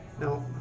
No